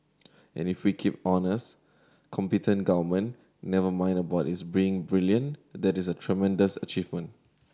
and if we keep honest competent government never mind about its being brilliant that is a tremendous achievement